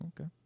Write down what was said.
Okay